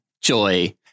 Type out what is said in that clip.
Joy